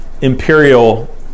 imperial